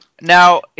Now